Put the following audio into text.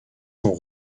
sont